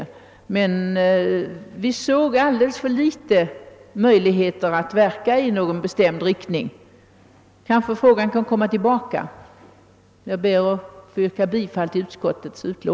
Vi har emellertid funnit, att det föreligger alltför små möjligheter att verka i någon bestämd riktning. Kanske kan frågan återkomma ett annat år. Jag ber att få yrka bifall till utskottets hemställan.